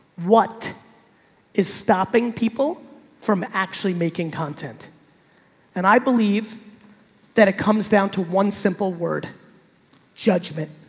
what is stopping people from actually making content and i believe that it comes down to one simple word judgment.